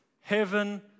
heaven